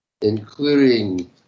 including